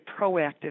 proactive